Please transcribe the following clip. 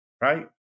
right